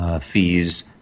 fees